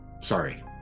sorry